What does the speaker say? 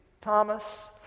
Thomas